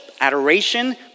adoration